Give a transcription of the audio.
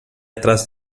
atrás